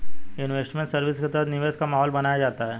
investment service के तहत निवेश का माहौल बनाया जाता है